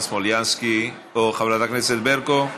ברקו,